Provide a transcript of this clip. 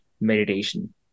meditation